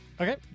Okay